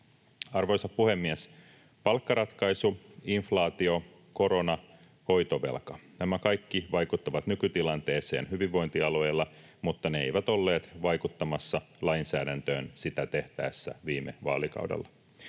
Arvoisa puhemies! Palkkaratkaisu, inflaatio, korona, hoitovelka — nämä kaikki vaikuttavat nykytilanteeseen hyvinvointialueilla, mutta ne eivät olleet vaikuttamassa lainsäädäntöön sitä tehtäessä viime vaalikaudella.